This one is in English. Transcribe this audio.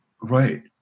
right